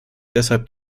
deshalb